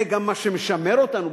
זה גם מה שמשמר אותנו,